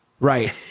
Right